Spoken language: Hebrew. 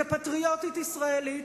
כפטריוטית ישראלית,